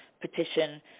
petition